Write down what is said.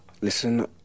Listen